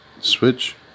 switch